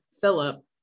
Philip